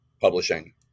publishing